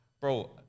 bro